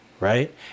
right